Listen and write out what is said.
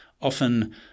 Often